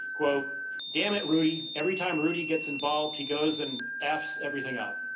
damn it, rudy. every time rudy gets involved, he goes and effs everything up.